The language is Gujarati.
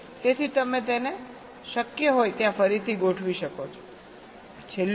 તેથી તમે તેને શક્ય હોય ત્યાં ફરીથી ગોઠવી શકો છો